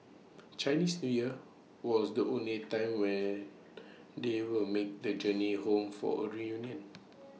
Chinese New Year was the only time when they would make the journey home for A reunion